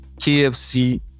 KFC